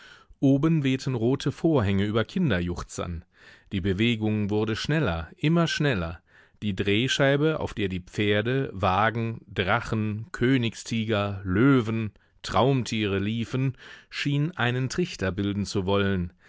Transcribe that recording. oben wehten rote vorhänge über kinderjuchzern die bewegung wurde schneller immer schneller die drehscheibe auf der die pferde wagen drachen königstiger löwen traumtiere liefen schien einen trichter bilden zu wollen